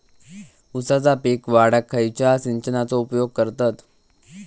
ऊसाचा पीक वाढाक खयच्या सिंचनाचो उपयोग करतत?